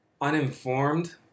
uninformed